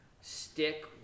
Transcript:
stick